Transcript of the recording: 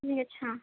جی اچھا